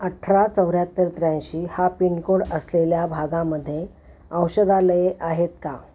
अठरा चौऱ्याहत्तर त्र्याऐंशी हा पिनकोड असलेल्या भागामध्ये औषधालये आहेत का